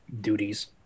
duties